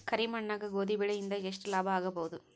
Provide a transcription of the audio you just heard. ಕರಿ ಮಣ್ಣಾಗ ಗೋಧಿ ಬೆಳಿ ಇಂದ ಎಷ್ಟ ಲಾಭ ಆಗಬಹುದ?